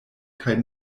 kaj